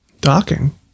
Docking